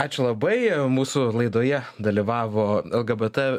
ačiū labai mūsų laidoje dalyvavo lgbt